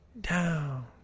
down